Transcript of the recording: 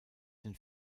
den